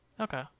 Okay